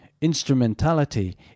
instrumentality